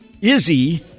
Izzy